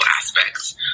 aspects